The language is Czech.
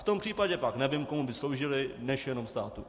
V tom případě pak nevím, komu by sloužily než jenom státu.